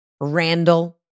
Randall